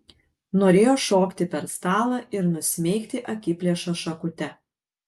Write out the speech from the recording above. norėjo šokti per stalą ir nusmeigti akiplėšą šakute